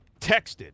texted